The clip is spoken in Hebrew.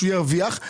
שירוויח.